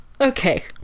Okay